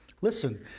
Listen